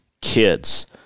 kids